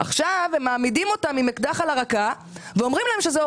עכשיו הם מעמידים אותם עם אקדח לרקה